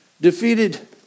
defeated